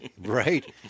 Right